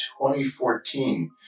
2014